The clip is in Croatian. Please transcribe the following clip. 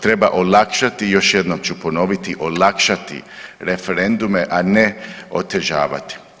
Treba olakšati, još jednom ću ponoviti, olakšati referendume, a ne otežavati.